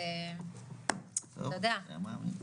איך אומרים?